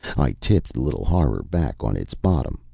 i tipped the little horror back on its bottom,